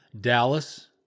Dallas